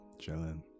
Chillin